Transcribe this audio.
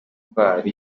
bagarutse